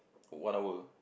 one hour